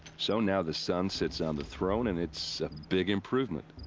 so now the son sits on the throne, and it's a. big improvement!